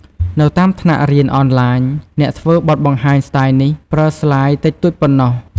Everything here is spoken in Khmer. នៅតាមថ្នាក់រៀនអនឡាញ អ្នកធ្វើបទបង្ហាញស្ទាយនេះ ប្រើស្លាយតិចតួចប៉ុណ្ណោះ។